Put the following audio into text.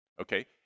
okay